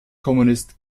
kommunist